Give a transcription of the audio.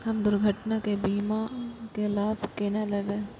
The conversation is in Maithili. हम दुर्घटना के बीमा के लाभ केना लैब?